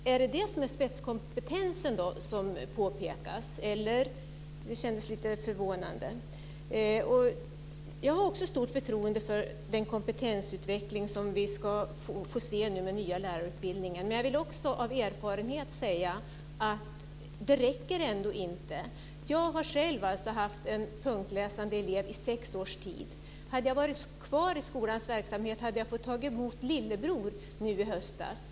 Är det detta som är spetskompetensen? Det kändes lite förvånande. Jag har också stort förtroende för den kompetensutveckling som vi ska få se genom den nya lärarutbildningen. Men utifrån min erfarenhet vill jag också säga att det ändå inte räcker. Jag har själv haft en punktläsande elev i sex års tid. Hade jag varit kvar i skolans verksamhet hade jag fått ta emot lillebror nu i höstas.